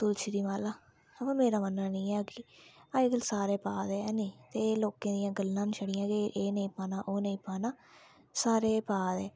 तुलसी दी माला अवा मेरा मन्नना नी ऐ कि अज्जकल सारें पा दे ऐ हैनी ते लोकें दियां गल्लां बी छड़ियां कि एह् नेईं पाना ओह् नेईं पाना सारे पा दे